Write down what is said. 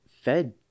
fed